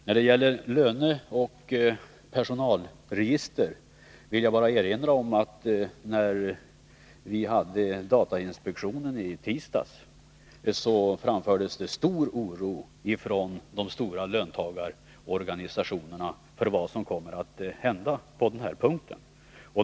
När det gäller löneoch personalregister vill jag bara erinra om att det i datainspektionen i tisdags framfördes stor oro från de stora löntagarorganisationerna för vad som kommer att hända på den här punkten.